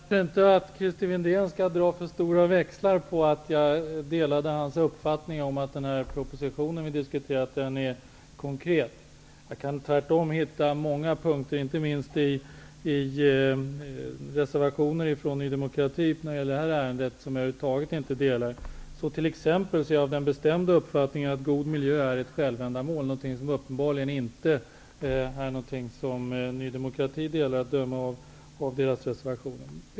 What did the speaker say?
Herr talman! Jag vill inte att Christer Windén skall dra för stora växlar på att jag delade hans uppfattning om att den proposition vi diskuterar är konkret. Jag kan tvärtom hitta många åsikter, inte minst i reservationer från Ny demokrati i detta ärende, som jag över huvud taget inte delar. Så t.ex. är jag av den bestämda uppfattningen att god miljö är ett självändamål. Den uppfattningen delar uppenbarligen inte Ny demokrati att döma av reservationerna.